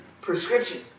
prescription